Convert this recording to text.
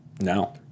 No